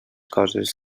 coses